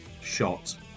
shot